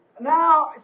now